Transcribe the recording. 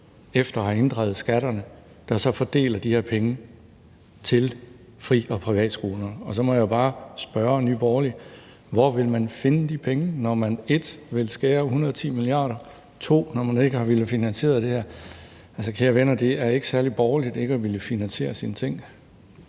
efter at inddrive skatterne, så fordeler de her penge til fri- og privatskoler. Og så må jeg jo bare spørge Nye Borgerlige: Hvor vil man finde de penge, når man 1) vil skære 110 mia. kr., og 2) når man ikke har villet finansiere det her? Altså, kære venner, det er ikke særlig borgerligt ikke at ville finansiere sine ting.